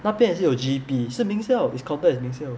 那边也是有 G_E_P 是名校 is counted as 名校